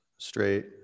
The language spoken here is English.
Straight